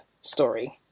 story